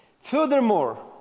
Furthermore